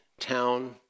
town